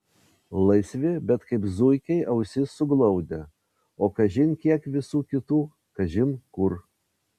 laisvi bet kaip zuikiai ausis suglaudę o kažin kiek visų kitų kažin kur